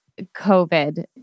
COVID